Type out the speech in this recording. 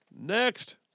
Next